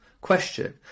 question